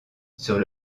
sur